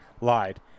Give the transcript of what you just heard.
Lied